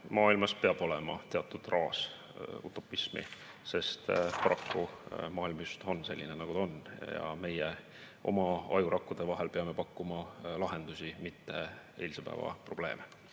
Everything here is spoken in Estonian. maailmas peab olema teatud raas utopismi, sest paraku maailm on just selline, nagu ta on ja meie oma ajurakkude vahel peame pakkuma lahendusi, mitte eilse päeva probleeme.